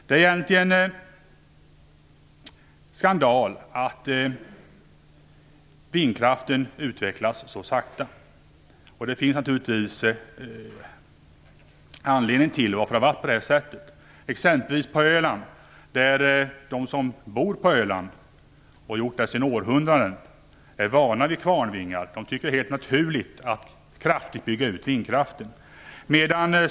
Det är egentligen skandal att vindkraften utvecklas så sakta. Det finns naturligtvis en anledning till att det har varit på det sättet. Exempelvis gäller det Öland. De som bor på Öland, och så här har det varit i århundraden, är vana vid kvarnvingar och tycker att det är helt naturligt att kraftigt bygga ut vindkraften.